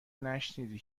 نشنیدی